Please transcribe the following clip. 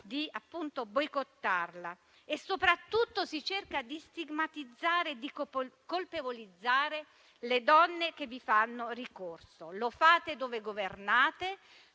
di boicottarla, appunto, e soprattutto si cerca di stigmatizzare e di colpevolizzare le donne che vi fanno ricorso. Lo fate dove governate,